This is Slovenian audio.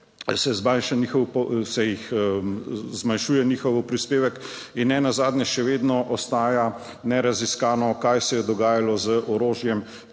se jih zmanjšuje njihov prispevek. In nenazadnje še vedno ostaja neraziskano, kaj se je dogajalo z orožjem,